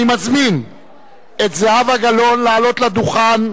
אני מזמין את זהבה גלאון לעלות לדוכן.